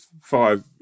five